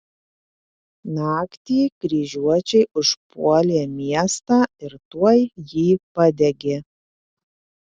naktį kryžiuočiai užpuolė miestą ir tuoj jį padegė